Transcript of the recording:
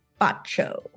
Bacho